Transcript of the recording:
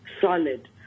Solid